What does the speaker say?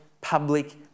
public